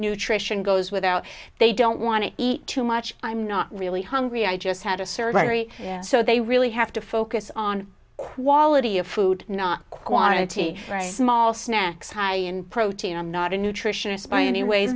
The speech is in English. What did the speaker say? nutrition goes without they don't want to eat too much i'm not really hungry i just had a surgery so they really have to focus on quality of food not quantity small snacks high in protein i'm not a nutritionist by any way